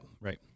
Right